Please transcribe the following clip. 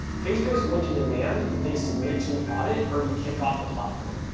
facebook is going to demand that they submit to an audit or be kicked off the platform.